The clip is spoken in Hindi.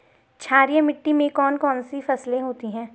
क्षारीय मिट्टी में कौन कौन सी फसलें होती हैं?